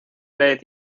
led